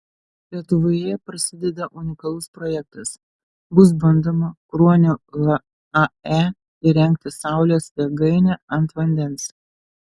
lietuvoje prasideda unikalus projektas bus bandoma kruonio hae įrengti saulės jėgainę ant vandens